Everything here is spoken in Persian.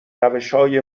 روشهای